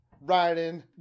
riding